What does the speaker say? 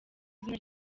izina